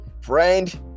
friend